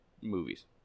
Movies